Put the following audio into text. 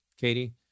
Katie